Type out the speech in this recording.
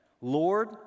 Lord